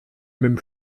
même